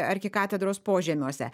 arkikatedros požemiuose